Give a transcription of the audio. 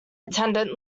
attendant